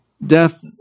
death